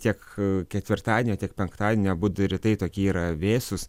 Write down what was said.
tiek ketvirtadienio tiek penktadienio abudu rytai tokie yra vėsūs